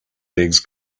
legs